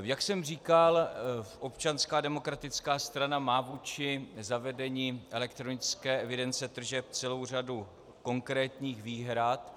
Jak jsem říkal, Občanská demokratická strana má vůči zavedení elektronické evidence tržeb celou řadu konkrétních výhrad.